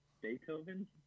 beethoven